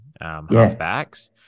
halfbacks